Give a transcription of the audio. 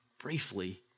briefly